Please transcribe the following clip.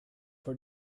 for